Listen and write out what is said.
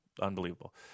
unbelievable